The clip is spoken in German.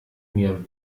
mir